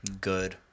Good